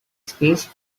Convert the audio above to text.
speaks